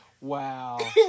Wow